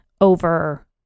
over